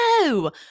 No